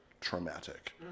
traumatic